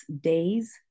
days